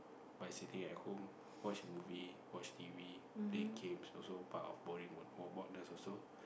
but sitting at home watch movie watch t_v play games also part of also